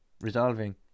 resolving